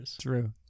True